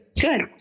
Good